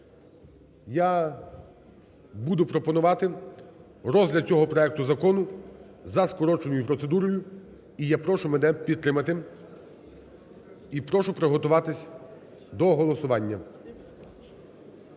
я буду пропонувати розгляд цього проекту закону за скороченою процедурою, і я прошу мене підтримати і прошу приготуватись до голосування.